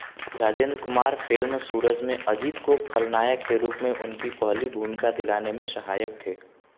Rajendra Kumar film Suraj में अजीत को खलनायक के रूप में उनकी पहली भूमिका दिलाने में सहायक थे